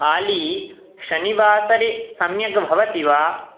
आली शनिवासरः सम्यक् भवति वा